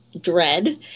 dread